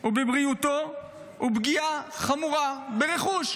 או בבריאותו או פגיעה חמורה ברכוש.